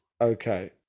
okay